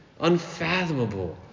unfathomable